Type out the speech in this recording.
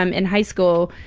um in high school,